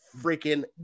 freaking